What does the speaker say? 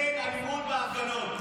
אין אלימות בהפגנות.